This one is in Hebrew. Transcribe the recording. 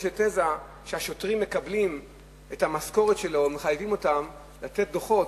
יש תזה שהשוטרים מקבלים את המשכורת שלהם מחייבים אותם לתת דוחות,